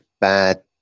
bad